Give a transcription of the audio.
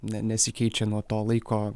ne nesikeičia nuo to laiko